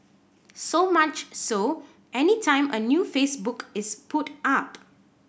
so much so any time a new Facebook is put up